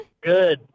Good